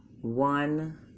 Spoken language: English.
one